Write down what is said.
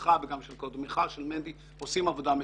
אתה וקודמך עושים עבודה מצוינת.